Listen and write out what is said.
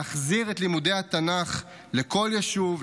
להחזיר את לימודי התנ"ך לכל יישוב,